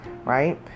right